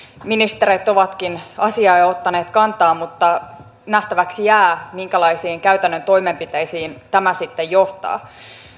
ministerit ovatkin asiaan jo ottaneet kantaa mutta nähtäväksi jää minkälaisiin käytännön toimenpiteisiin tämä sitten johtaa